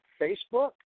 Facebook